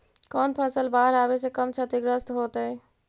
कौन फसल बाढ़ आवे से कम छतिग्रस्त होतइ?